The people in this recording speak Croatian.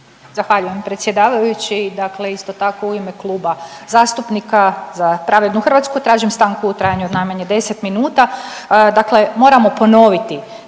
Zahvaljujem predsjedavajući. Dakle, isto tako u ime Kluba zastupnika Za pravednu Hrvatsku tražim stanku u trajanju od najmanje 10 minuta. Dakle, moramo ponoviti